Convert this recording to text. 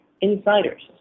insiders